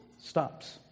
stops